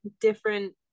different